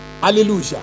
Hallelujah